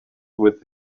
with